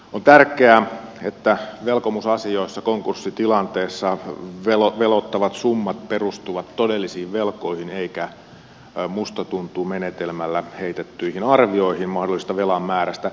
on tärkeää että velkomusasioissa konkurssitilanteessa velottavat summat perustuvat todellisiin velkoihin eivätkä musta tuntuu menetelmällä heitettyihin arvioihin mahdollisesta velan määrästä